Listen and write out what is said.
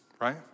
right